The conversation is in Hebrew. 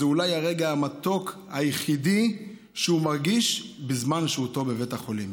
זה אולי הרגע המתוק היחיד שהוא מרגיש בזמן שהותו בבית החולים.